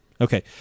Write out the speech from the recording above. Okay